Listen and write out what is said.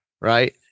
right